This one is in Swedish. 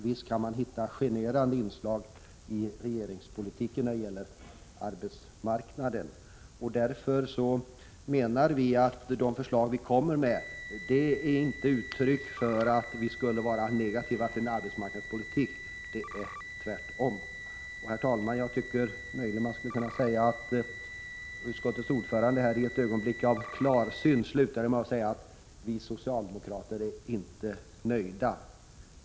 Visst kan man hitta brister i regeringspolitiken när det gäller arbetsmarknaden. De förslag vi kommer med är inte uttryck för att vi skulle vara negativa till arbetsmarknadspolitiken — tvärtom. Utskottets ordförande slutade, herr talman, i ett ögonblick av klarsyn med att säga: Vi socialdemokrater är inte nöjda.